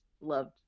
loved